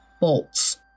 bolts